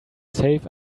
safe